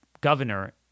governor